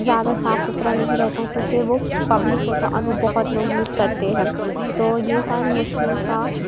زیادہ صاف ستھرا نہیں رہتا ہے کیونکہ وہ پبلک ہوتا اور بہت لوگ یوز کرتے ہیں تو یہ ساری مشکل کا